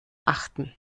achten